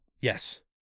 Yes